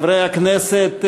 חברי הכנסת,